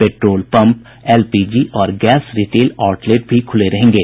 petrol pump LPG और gas retail outlet भी खूले रहेंगे